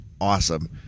awesome